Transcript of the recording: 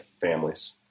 families